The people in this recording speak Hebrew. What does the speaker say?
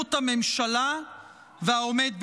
היעלמות הממשלה והעומד בראשה.